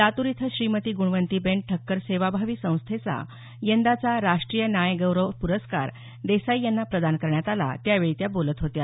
लातूर इथं श्रीमती गुणवंतीबेन ठक्कर सेवाभावी संस्थेचा यंदाचा राष्ट्रीय न्यायगौरव पुरस्कार देसाई यांना प्रदान करण्यात आला त्यावेळी त्या बोलत होत्या